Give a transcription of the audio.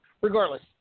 Regardless